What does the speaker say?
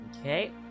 Okay